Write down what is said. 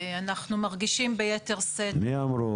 אנחנו מרגישים ביתר שאת --- מי אמרו?